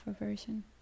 aversion